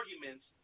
arguments